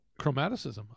chromaticism